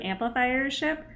amplifiership